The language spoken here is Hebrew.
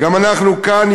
גם אנחנו כאן,